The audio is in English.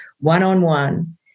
one-on-one